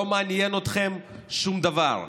לא מעניין אתכם שום דבר.